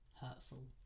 hurtful